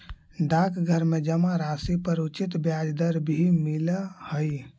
डाकघर में जमा राशि पर उचित ब्याज दर भी मिलऽ हइ